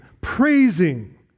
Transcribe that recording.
praising